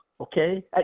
Okay